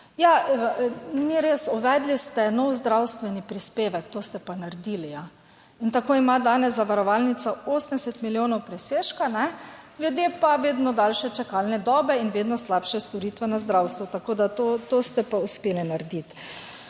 Ja, ni res, uvedli ste nov zdravstveni prispevek, to ste pa naredili, ja. In tako ima danes zavarovalnica 80 milijonov presežka, ljudje pa vedno daljše čakalne dobe in vedno slabše storitve na zdravstvu, tako da to ste pa uspeli narediti.